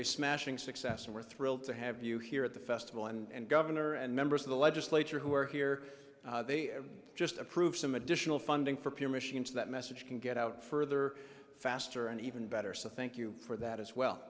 a smashing success and we're thrilled to have you here at the festival and governor and members of the legislature who are here just approved some additional funding for pure machines that message can get out further faster and even better so thank you for that as well